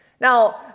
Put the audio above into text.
Now